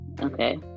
Okay